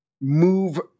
move